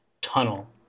tunnel